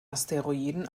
asteroiden